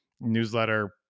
newsletter